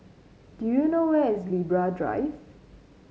do you know where is Libra Drive